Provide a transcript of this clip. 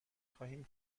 خواهیم